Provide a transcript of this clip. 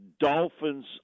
Dolphins